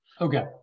Okay